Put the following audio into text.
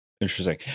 Interesting